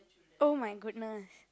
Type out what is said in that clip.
oh-my-goodness